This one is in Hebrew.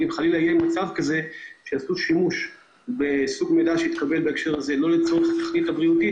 אבל אם בכל זאת יעשו שימוש בסוג המידע הזה שלא לצורך התכלית הבריאותית,